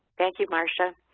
thank you, marsha.